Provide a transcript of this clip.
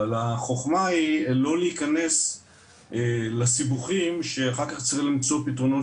אבל החוכמה היא לא להיכנס לסיבוכים שאחר כך צריך למצוא פתרונות